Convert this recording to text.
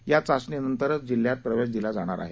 या चाचणी नंतरच जिल्ह्यात प्रवेश दिला जाणार आहे